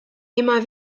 immer